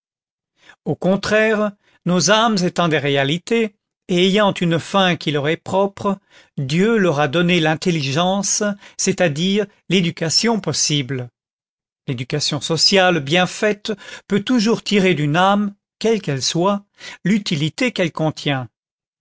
au contraire nos âmes étant des réalités et ayant une fin qui leur est propre dieu leur a donné l'intelligence c'est-à-dire l'éducation possible l'éducation sociale bien faite peut toujours tirer d'une âme quelle qu'elle soit l'utilité qu'elle contient